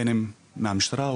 בין מהמשטרה,